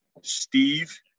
Steve